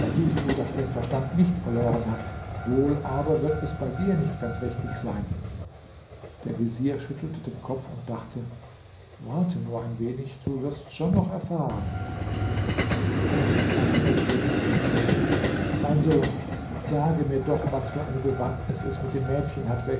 siehst du daß er den verstand nicht verloren hat wohl aber wird es bei dir nicht ganz richtig sein der vezier schüttelte den kopf und dachte warte nur ein wenig du wirst's schon noch erfahren endlich sagte der könig zu dem prinzen mein sohn sage mir doch was für eine bewandtnis es mit dem mädchen hat